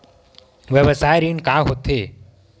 व्यवसाय ऋण का होथे?